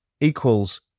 equals